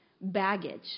baggage